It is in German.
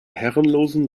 herrenlosen